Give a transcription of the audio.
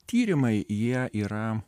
tyrimai jie yra